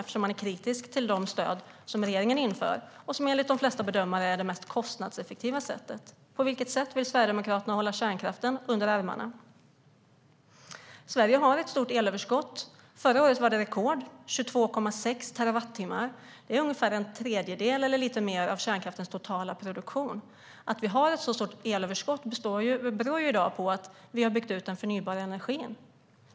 Man är ju kritisk till de stöd som regeringen inför och som enligt de flesta bedömare är det mest kostnadseffektiva sättet. På vilket sätt vill Sverigedemokraterna hålla kärnkraften under armarna? Sverige har ett stort elöverskott. Förra året var det rekord: 22,6 terawattimmar. Det är ungefär en tredjedel eller lite mer av kärnkraftens totala produktion. Att vi har ett så stort överskott i dag beror på att vi har byggt ut den förnybara energin.